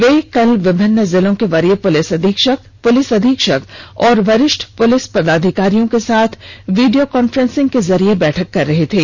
वे कल विभिन्न जिलों के वरीय पुलिस अधीक्षक पुलिस अधीक्षक और वरिष्ठ पुलिस पदाधिकारियों के साथ वीडियो कॉन्फ्रेंस के जरिये बैठक कर रहे थे